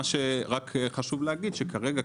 מה שחשוב להגיד זה שכרגע,